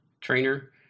trainer